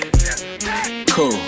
Cool